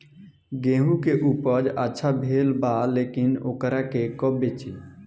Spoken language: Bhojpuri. गेहूं के उपज अच्छा भेल बा लेकिन वोकरा के कब बेची?